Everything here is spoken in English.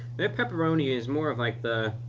their pepperoni is more of like the,